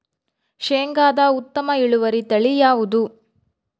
ಶೇಂಗಾದ ಉತ್ತಮ ಇಳುವರಿ ತಳಿ ಯಾವುದು?